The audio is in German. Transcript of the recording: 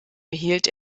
behielt